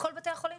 בכל בתי החולים?